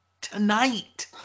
tonight